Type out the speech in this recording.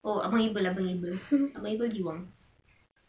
oh abang abel abang abel abang abel jiwang